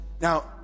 Now